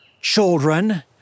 children